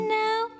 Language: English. now